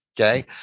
Okay